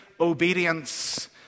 obedience